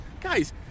guys